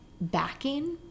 backing